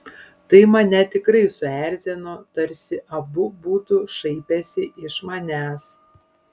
tai mane tikrai suerzino tarsi abu būtų šaipęsi iš manęs